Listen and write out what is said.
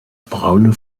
braune